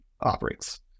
operates